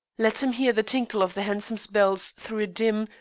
let him hear the tinkle of the hansoms' bells through a dim,